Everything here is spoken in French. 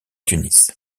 tunis